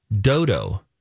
dodo